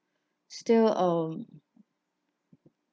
still um